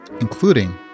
including